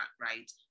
right